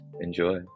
enjoy